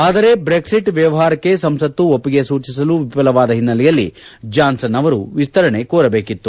ಆದರೆ ಜ್ರೆಕಿಟ್ ವ್ಯವಹಾರಕ್ಕೆ ಸಂಸತ್ತು ಒಪ್ಪಿಗೆ ಸೂಚಿಸಲು ವಿಫಲವಾದ ಹಿನ್ನೆಲೆಯಲ್ಲಿ ಜಾನ್ಸನ್ ಅವರು ವಿಸ್ತರಣೆಗೆ ಕೋರಬೇಕಿತ್ತು